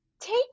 take